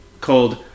called